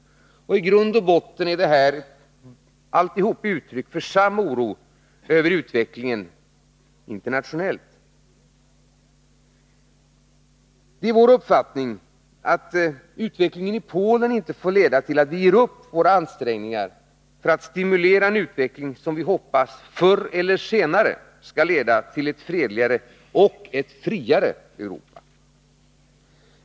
I grund och botten är allt detta uttryck för samma oro över den internationella utvecklingen. Det är vår uppfattning att utvecklingen i Polen inte får leda till att vi ger upp våra ansträngningar att stimulera en utveckling som vi hoppas förr eller senare skall leda till ett fredligare och friare Europa.